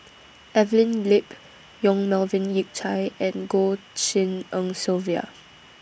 Evelyn Lip Yong Melvin Yik Chye and Goh Tshin En Sylvia